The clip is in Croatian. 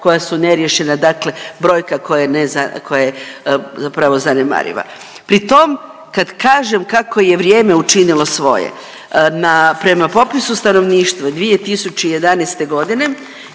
koja su neriješena. Dakle, brojka koja je neza… koja je zapravo zanemariva. Pritom kad kažem kako je vrijeme učinilo svoje, na, prema popisu stanovništva 2011. godine